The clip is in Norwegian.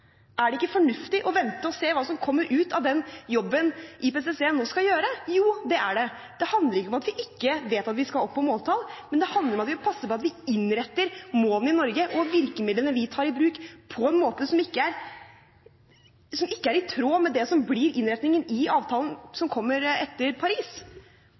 Er det ikke fornuftig å vente og se hva som kommer ut av den jobben IPCC nå skal gjøre? Jo, det er det. Det handler ikke om at vi ikke vet at vi skal opp på måltall, men det handler om at vi må passe på at vi innretter målene i Norge og virkemidlene vi tar i bruk, på en måte som er i tråd med innretningen i avtalen som kommer etter Paris.